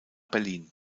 berlin